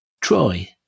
Troy